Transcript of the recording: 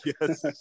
Yes